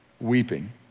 weeping